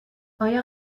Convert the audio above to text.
آیا